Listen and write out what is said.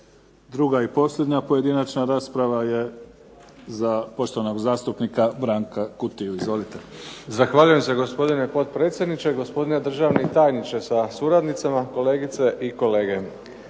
Druga i posljednja pojedinačna rasprava je za poštovanog zastupnika Branka Kutiju. Izvolite. **Kutija, Branko (HDZ)** Zahvaljujem se gospodine potpredsjedniče, gospodine državni tajniče sa suradnicama, kolegice i kolege.